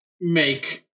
make